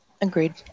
Agreed